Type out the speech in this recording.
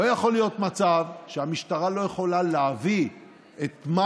לא יכול להיות מצב שבו המשטרה לא יכולה להביא את מה